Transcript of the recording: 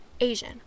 asian